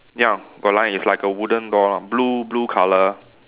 ya got line is like a wooden door ah blue blue colour